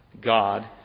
God